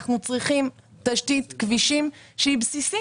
אנחנו צריכים תשתית כבישים שהיא בסיסית.